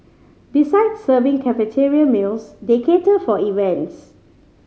besides serving cafeteria meals they cater for events